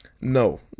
No